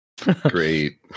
great